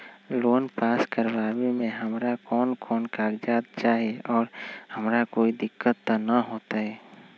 Loan pass करवावे में हमरा कौन कौन कागजात चाही और हमरा कोई दिक्कत त ना होतई?